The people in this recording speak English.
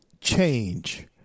change